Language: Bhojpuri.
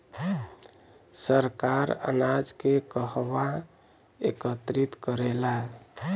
सरकार अनाज के कहवा एकत्रित करेला?